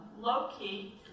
low-key